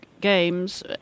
Games